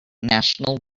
national